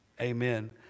amen